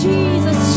Jesus